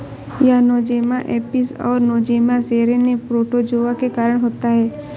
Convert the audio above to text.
यह Nosema apis और Nosema ceranae protozoa के कारण होता है